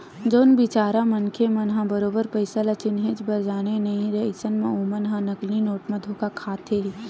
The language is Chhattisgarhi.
जउन बिचारा मनखे मन ह बरोबर पइसा ल चिनहे बर जानय नइ अइसन म ओमन ह नकली नोट म धोखा खाथे ही